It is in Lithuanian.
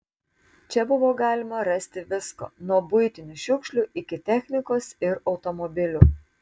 čia buvo galima rasti visko nuo buitinių šiukšlių iki technikos ir automobilių